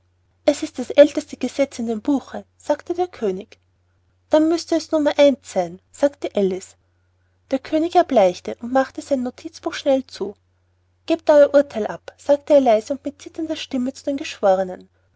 es ist das älteste gesetz in dem buche sagte der könig dann müßte es nummer eins sein sagte alice der könig erbleichte und machte sein notizbuch schnell zu gebt euer urtheil ab sagte er leise und mit zitternder stimme zu den geschwornen